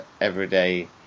everyday